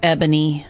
Ebony